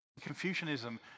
Confucianism